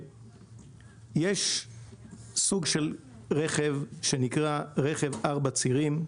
יש סוג של רכב, שנקרא רכב ארבעה צירים.